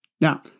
Now